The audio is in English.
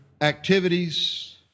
activities